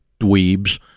dweebs